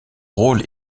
rôle